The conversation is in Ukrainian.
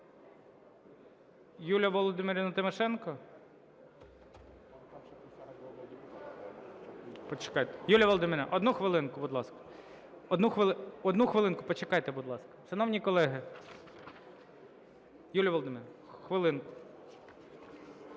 Юлія Володимирівна Тимошенко. Почекайте, Юліє Володимирівно, одну хвилинку, будь ласка. Одну хвилинку почекайте, будь ласка. Шановні колеги… Юліє Володимирівно, хвилинку.